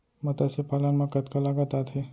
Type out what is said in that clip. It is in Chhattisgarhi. मतस्य पालन मा कतका लागत आथे?